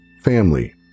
family